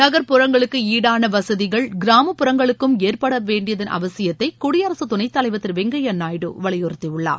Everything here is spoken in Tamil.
நகர்ப்புறங்களுக்கு ஈடான வசதிகள் கிராமப்புறங்களுக்கும் ஏற்படுத்தப்பட வேண்டிதள் அவசியத்தை குடியரசுத்துணைத்தலைவர் திரு வெங்கய்யா நாயுடு வலியுறுத்தியுள்ளார்